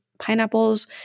pineapples